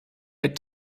had